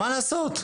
מה לעשות,